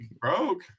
Broke